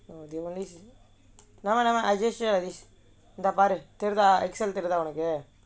okay what is never mind never mind I just share like this இங்கே பாரு தேவையில்ல:ingae paaru thevaiyilla